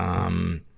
um,